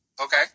Okay